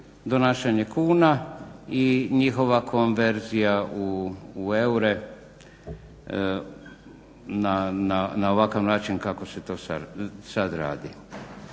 donašanje kuna i njihova konverzija u eure na ovakav način kako se to sada radi.